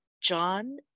john